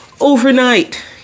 overnight